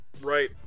right